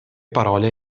parole